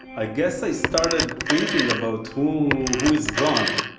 i guess i started thinking about who who is gone?